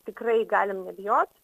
tikrai galim nebijot